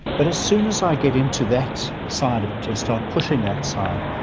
but as soon as i get into that side of it and start pushing that side,